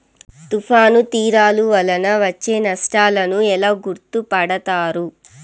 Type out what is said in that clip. తుఫాను తీరాలు వలన వచ్చే నష్టాలను ఎలా గుర్తుపడతారు?